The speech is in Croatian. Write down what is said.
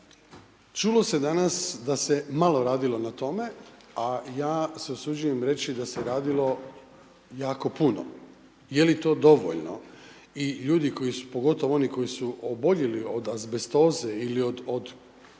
čulo se danas da se malo radilo na tome, a ja se usuđujem reći da se radilo jako puno. Je li to dovoljno i ljudi koji, pogotovo oni koji su oboljeli od azbestoze ili od karcinoma,